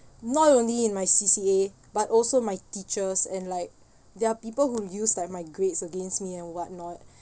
not only in my C_C_A but also my teachers and like there are people who use like my grades against me and what not